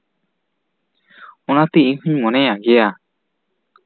ᱚᱱᱟᱛᱮ ᱤᱧ ᱦᱚᱸᱧ ᱢᱚᱱᱮᱭ ᱜᱮᱭᱟ